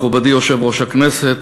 מכובדי יושב-ראש הכנסת,